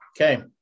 Okay